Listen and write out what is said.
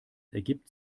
ergibt